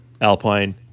alpine